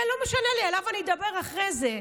זה לא משנה לי, עליו אני אדבר אחרי זה.